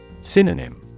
Synonym